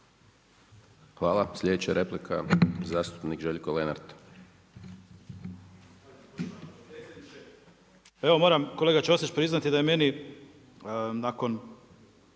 Hvala. Sljedeća replika zastupnik Željko Lenart.